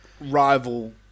rival